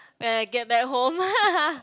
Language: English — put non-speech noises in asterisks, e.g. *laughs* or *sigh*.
when I get back home *laughs*